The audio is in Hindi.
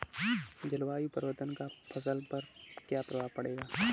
जलवायु परिवर्तन का फसल पर क्या प्रभाव पड़ेगा?